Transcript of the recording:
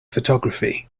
photography